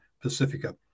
Pacifica